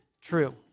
true